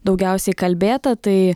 daugiausiai kalbėta tai